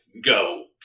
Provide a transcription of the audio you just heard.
go